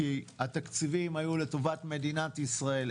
כי התקציבים היו לטובת מדינת ישראל,